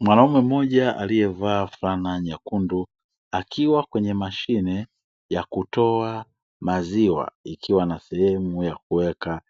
Mwanaume mmoja aliyevaa fulana nyekundu, akiwa kwenye mashine ya kutoa maziwa ikiwa na sehemu ya kuweka